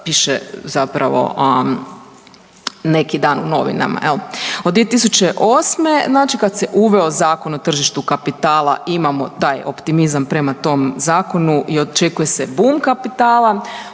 piše zapravo neki dan u novinama jel. Od 2008. znači kad se uveo Zakon o tržištu kapitala imamo taj optimizam prema tom zakonu i očekuje se bum kapitala,